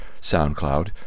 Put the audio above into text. SoundCloud